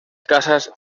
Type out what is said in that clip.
casas